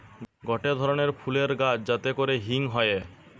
গটে ধরণের ফুলের গাছ যাতে করে হিং হয়ে